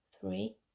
three